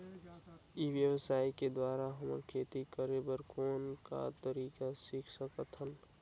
ई व्यवसाय के द्वारा हमन खेती करे कर कौन का तरीका सीख सकत हन?